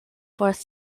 fourth